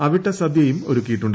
അവിട്ടസദ്യയും ഒരുക്കിയിട്ടുണ്ട്